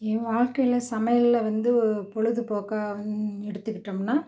என் வாழ்க்கையில் சமையலில் வந்து பொழுதுபோக்காக எடுத்துக்கிட்டோம்னால்